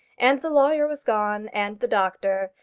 and the lawyer was gone, and the doctor,